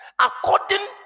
according